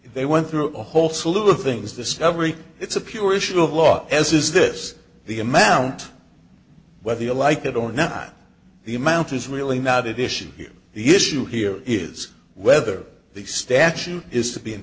they went through a whole slew of things discovery it's a pure issue of law as is this the amount whether you like it or not the amount is really not addition here the issue here is whether the statute is